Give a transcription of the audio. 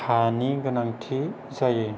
हानि गोनांथि जायो